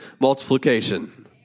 multiplication